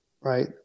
right